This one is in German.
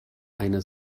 eine